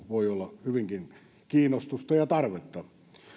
voi olla hyvinkin kiinnostusta ja tarvetta